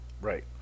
Right